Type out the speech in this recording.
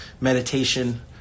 meditation